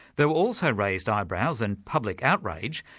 there were also raised eyebrows, and public outrage,